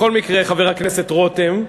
בכל מקרה, חבר הכנסת רותם,